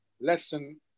lesson